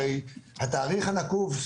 התאריך הנקוב,